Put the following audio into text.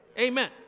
Amen